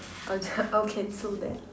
I'll just I'll cancel that